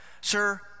Sir